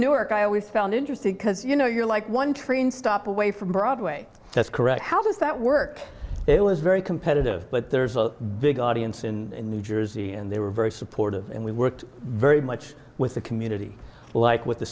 newark i always found interesting because you know you're like one train stop away from broadway that's correct how does that work it was very competitive but there's a big audience in new jersey and they were very supportive and we worked very much with the community like with the